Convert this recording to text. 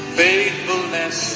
faithfulness